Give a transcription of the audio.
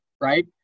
Right